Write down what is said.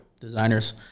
designers